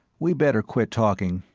we'd better quit talking.